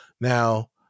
Now